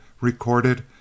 recorded